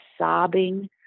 sobbing